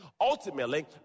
Ultimately